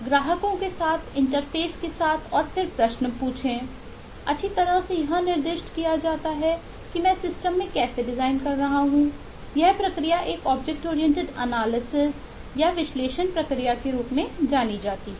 ग्राहकों के साथ इंटरफ़ेस या विश्लेषण प्रक्रिया के रूप में जानी जाती है